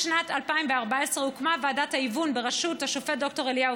בשנת 2014 הוקמה ועדת ההיוון בראשות השופט ד"ר אליהו